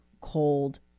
cold